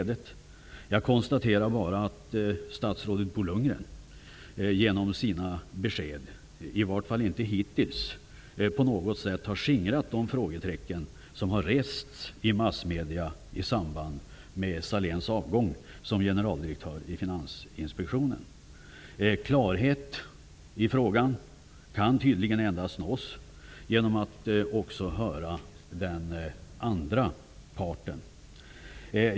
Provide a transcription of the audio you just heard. Men jag konstaterar att statsrådet Bo Lundgren, genom sina besked, i vart fall inte hittills på något sätt rätat ut de frågetecken som framställts i massmedia i samband med Anders Sahléns avgång som generaldirektör i Finansinspektionen. Klarhet i frågan kan tydligen endast nås genom att också höra den andra parten.